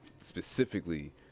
specifically